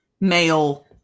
male